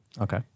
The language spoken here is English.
Okay